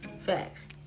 facts